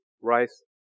Rice